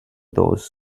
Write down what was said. those